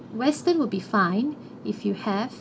western would be fine if you have